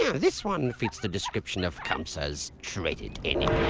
this one fits the description of kamsa's dreaded enemy.